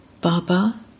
Baba